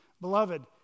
Beloved